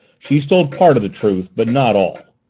she's told part of the truth, but not all.